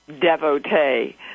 devotee